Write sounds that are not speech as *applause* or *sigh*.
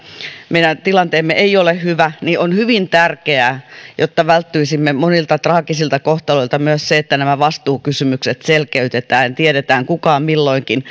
meidän tilanteemme ei ole ihan hyvä niin on hyvin tärkeää jotta välttyisimme monilta traagisilta kohtaloilta myös se että vastuukysymykset selkeytetään ja tiedetään kuka on milloinkin *unintelligible*